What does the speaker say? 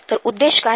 तर उद्देश्य काय आहे